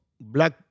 black